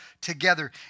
together